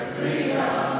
freedom